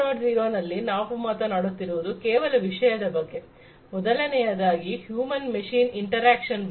0 ನಲ್ಲಿ ನಾವು ಮಾತನಾಡುತ್ತಿರುವುದು ಕೆಲವು ವಿಷಯದ ಬಗ್ಗೆ ಮೊದಲನೆಯದಾಗಿ ಹ್ಯೂಮನ್ ಮಷೀನ್ ಇಂಟರಾಕ್ಷನ್ ಬಗ್ಗೆ